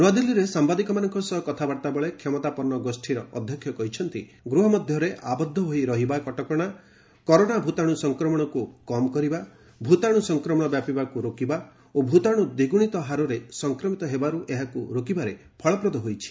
ନ୍ତଆଦିଲ୍ଲୀରେ ସାମ୍ଭାଦିକମାନଙ୍କ ସହ କଥାବାର୍ତ୍ତା ବେଳେ କ୍ଷମତାପନ୍ନ ଗୋଷୀର ଚେୟାରମ୍ୟାନ୍ କହିଛନ୍ତି ଗୃହ ମଧ୍ୟରେ ଆବଦ୍ଧ ହୋଇ ରହିବା କଟକଣା କରୋନା ଭୂତାଣୁ ସଂକ୍ରମଣକୁ କମ୍ କରିବା ଭୂତାଣୁ ସଂକ୍ରମଣ ବ୍ୟାପିବାକୁ ରୋକିବା ଓ ଭୂତାଣୁ ଦ୍ୱିଗୁଣିତ ହାରରେ ସଂକ୍ରମିତ ହେବାରୁ ଏହାକୁ ରୋକିବାରେ ଫଳପ୍ରଦ ହୋଇଛି